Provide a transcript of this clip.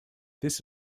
this